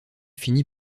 finir